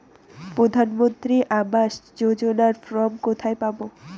প্রধান মন্ত্রী আবাস যোজনার ফর্ম কোথায় পাব?